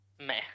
meh